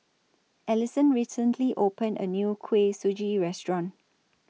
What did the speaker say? Allison recently opened A New Kuih Suji Restaurant